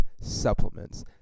Supplements